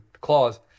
clause